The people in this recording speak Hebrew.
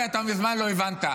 אתה מזמן לא הבנת.